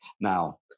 now